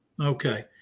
Okay